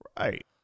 Right